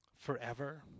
forever